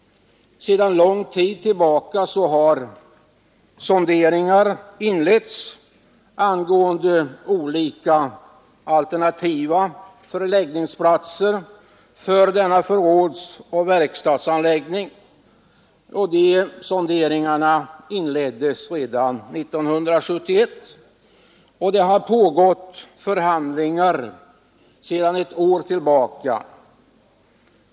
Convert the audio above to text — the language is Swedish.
Redan 1971 inleddes sonderingar angående alternativa förläggningsplatser för denna förrådsoch verkstadsanläggning, och det har pågått förhandlingar sedan ett år tillbaka.